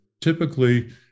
typically